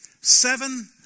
seven